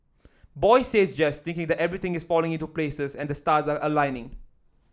boy says yes thinking that everything is falling into places and the stars are aligning